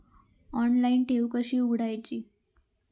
Online ठेव कशी उघडायची?